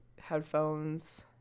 headphones